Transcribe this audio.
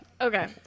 Okay